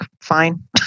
fine